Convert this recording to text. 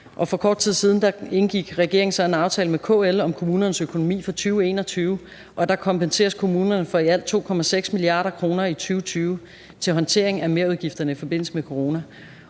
For kort tid siden indgik regeringen så en aftale med KL om kommunernes økonomi for 2021, og der kompenseres kommunerne for i alt 2,6 mia. kr. i 2020 til håndtering af merudgifterne i forbindelse med coronaen.